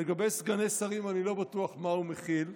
לגבי סגני שרים, אני לא בטוח מה הוא מכיל,